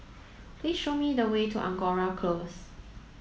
please show me the way to Angora Close